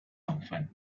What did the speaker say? often